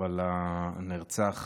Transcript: של הנרצח